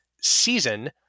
season